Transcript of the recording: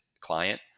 client